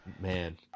man